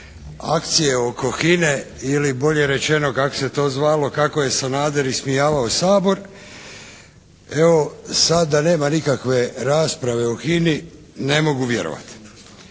akcije oko HINA-e ili bolje rečeno kako se to zvalo kako je Sanader ismijavao Sabor. Evo sad da nema nikakve rasprave o HINA-i ne mogu vjerovati.